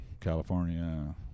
California